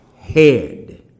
head